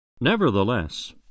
Nevertheless